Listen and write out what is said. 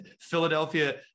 philadelphia